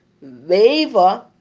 waver